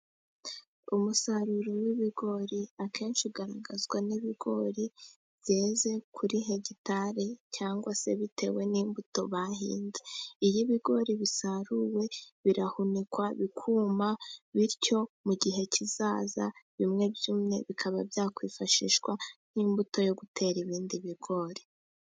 Umusaruro w'ibigori akenshi ugaragazwa n'ibigori byeze kuri hegitari, cyangwa se bitewe n'imbuto bahinze. Iyo ibigori bisaruwe birahunikwa bikuma, bityo mu gihe kizaza bimwe byumye bikaba byakwifashishwa nk'imbuto yo gutera ibindi bigori.